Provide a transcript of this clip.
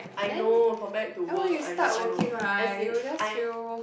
I know compare to work I know I know as in I